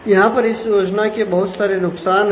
यहां पर इस योजना के बहुत सारे नुकसान हैं